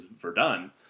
Verdun